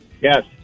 Yes